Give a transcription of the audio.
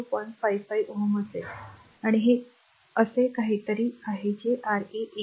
555 Ω असेल हे असे काहीतरी आहे ते r a8